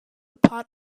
part